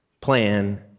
plan